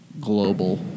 Global